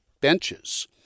benches